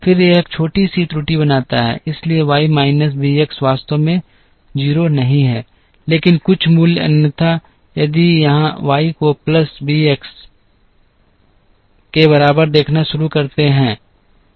फिर यह एक छोटी सी त्रुटि बनाता है इसलिए y माइनस b x वास्तव में 0 नहीं है लेकिन कुछ मूल्य अन्यथा यदि हम यहां y को प्लस b x के बराबर देखना शुरू करते हैं